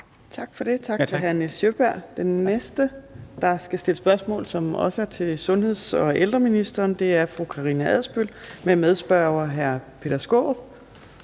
Tak for det. Og tak til hr. Nils Sjøberg. Den næste, der skal stille spørgsmål, som også er til sundheds- og ældreministeren, er fru Karina Adsbøl med medspørger hr. Peter Skaarup.